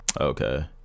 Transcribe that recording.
Okay